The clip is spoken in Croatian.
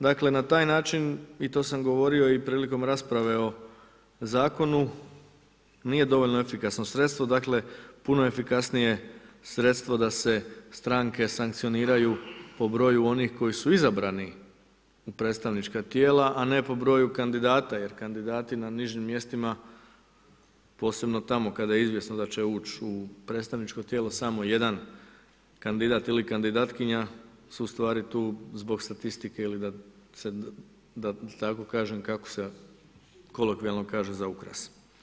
Dakle na taj način i to sam govorio prilikom rasprave o zakonu, nije dovoljno efikasno sredstvo, dakle puno efikasnije sredstvo da se stranke sankcioniraju po broju onih koji su izabrani u predstavnička tijela, a ne po broju kandidata, jer kandidati na nižim mjestima, posebno tamo kada je izvjesno da će uć u predstavničko tijelo samo jedan kandidat ili kandidatkinja su ustvari tu zbog statistike ili da tako kažem kako se kolokvijalno kaže za ukras.